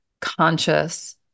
conscious